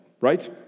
right